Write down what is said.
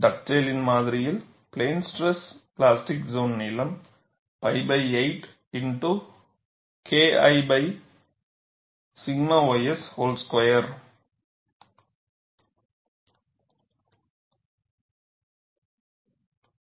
டக்டேலின் மாதிரியில் plane stress plastic zone நீளம் pi 8 x KI 𝛔 ys whole ஸ்குயரால்